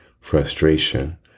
frustration